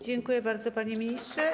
Dziękuję bardzo, panie ministrze.